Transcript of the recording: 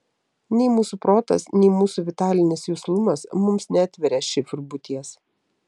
nei mūsų protas nei mūsų vitalinis juslumas mums neatveria šifrų būties